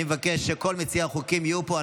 אני מבקש שכל מציעי החוקים יהיו פה.